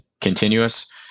continuous